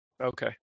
Okay